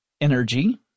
energy